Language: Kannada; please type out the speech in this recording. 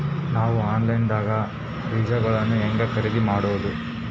ನಾವು ಆನ್ಲೈನ್ ದಾಗ ಬೇಜಗೊಳ್ನ ಹ್ಯಾಂಗ್ ಖರೇದಿ ಮಾಡಬಹುದು?